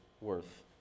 worth